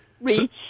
reach